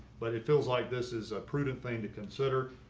but it feels like this is a prudent thing to consider.